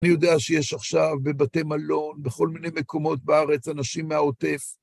אני יודע שיש עכשיו בבתי מלון, בכל מיני מקומות בארץ, אנשים מהעוטף.